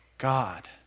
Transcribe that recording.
God